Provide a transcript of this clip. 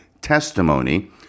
testimony